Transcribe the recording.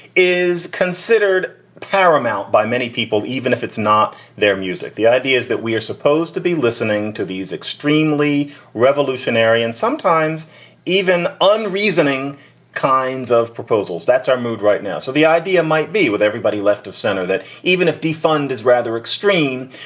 is considered paramount by many people, even if it's not their music, the ideas that we are supposed to be listening to, these extremely revolutionary and sometimes even unreasoning kinds of proposals. that's our mood right now. so the idea might be with everybody left of center, that even if defund is rather extreme,